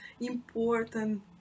important